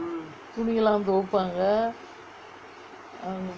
துணி எல்லாம் துவைப்பாங்கே:thuni ellam thuvaippangae